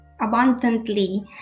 abundantly